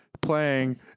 playing